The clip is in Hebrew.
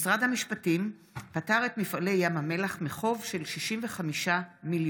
משרד המשפטים פטר את מפעלי ים המלח מחוב של 65 מיליון.